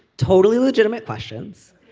totally legitimate questions.